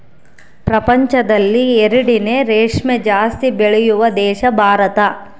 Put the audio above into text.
ಪ್ರಪಂಚದಲ್ಲಿ ಎರಡನೇ ರೇಷ್ಮೆ ಜಾಸ್ತಿ ಬೆಳೆಯುವ ದೇಶ ಭಾರತ